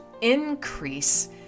increase